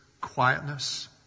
quietness